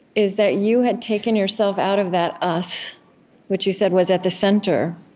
is that you had taken yourself out of that us which you said was at the center